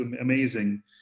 amazing